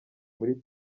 muri